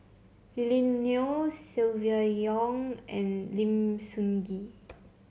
Lily Neo Silvia Yong and Lim Sun Gee